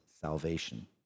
salvation